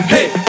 Hey